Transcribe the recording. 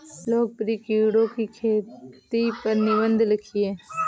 लोकप्रिय कीड़ों की खेती पर निबंध लिखिए